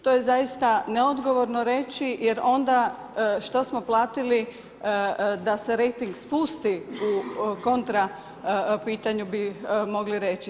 To je zaista neodgovorno reći jer onda što smo platili da se rejting spusti u kontra pitanju bi mogli reći.